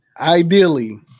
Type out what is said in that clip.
Ideally